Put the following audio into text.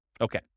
Okay